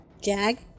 Jag